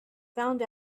found